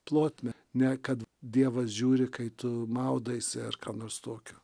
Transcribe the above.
plotmę ne kad dievas žiūri kai tu maudaisi ar ką nors tokio